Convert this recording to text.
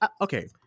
okay